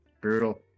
Brutal